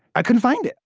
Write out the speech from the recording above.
i couldn't find it